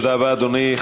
תודה רבה, אדוני.